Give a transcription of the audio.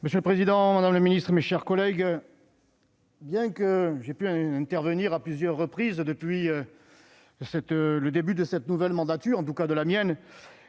Monsieur le président, madame la ministre, mes chers collègues, bien que j'aie pu intervenir à plusieurs reprises depuis le début de mon nouveau mandat, qu'il me